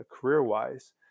career-wise